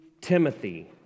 Timothy